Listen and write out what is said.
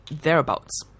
thereabouts